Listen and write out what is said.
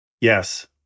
Yes